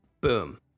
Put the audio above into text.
Boom